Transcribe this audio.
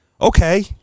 Okay